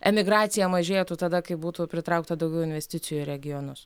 emigracija mažėtų tada kai būtų pritraukta daugiau investicijų į regionus